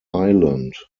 island